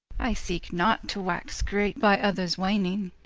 i seeke not to waxe great by others warning,